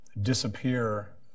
disappear